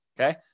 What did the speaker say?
Okay